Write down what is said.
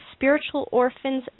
spiritualorphans